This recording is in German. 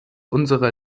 unsere